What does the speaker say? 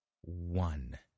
one